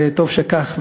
וטוב שכך,